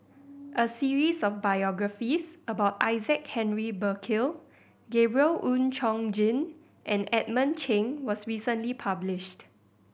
a series of biographies about Isaac Henry Burkill Gabriel Oon Chong Jin and Edmund Cheng was recently published